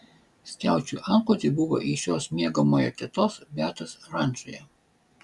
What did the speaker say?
skiaučių antklodė buvo iš jos miegamojo tetos betos rančoje